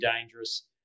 dangerous